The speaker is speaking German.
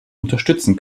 unterstützen